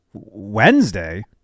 Wednesday